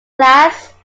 class